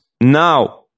Now